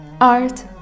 art